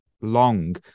long